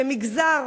כמגזר,